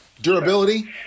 durability